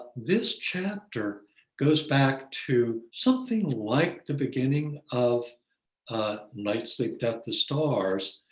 this chapter goes back to something like the beginning of a nightstick at the stars,